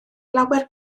lawer